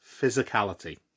physicality